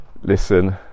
listen